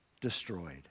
destroyed